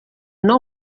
nou